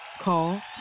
Call